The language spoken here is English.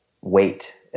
weight